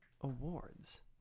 awards